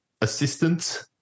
assistant